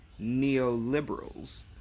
neoliberals